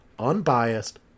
Unbiased